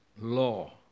law